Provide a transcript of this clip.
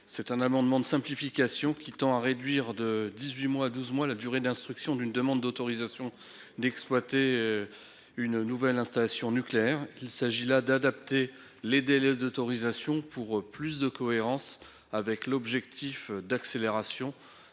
Cet amendement de simplification tend à réduire de dix-huit à douze mois la durée d'instruction d'une demande d'autorisation d'exploiter une nouvelle installation nucléaire. Il s'agit d'adapter les délais d'autorisation pour plus de cohérence avec l'objectif d'accélération